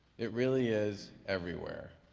it really is everywhere.